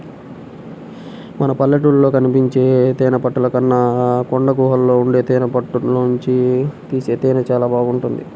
మన పల్లెటూళ్ళలో కనిపించే తేనెతుట్టెల కన్నా కొండగుహల్లో ఉండే తేనెతుట్టెల్లోనుంచి తీసే తేనె చానా బాగుంటది